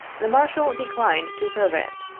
the marshal declined to serve it.